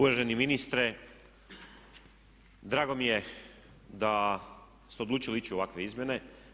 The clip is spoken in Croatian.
Uvaženi ministre drago mi je da ste odlučili ići u ovakve izmjene.